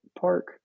park